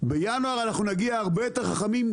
בינואר שנינו נגיע הרבה יותר חכמים,